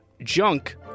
junk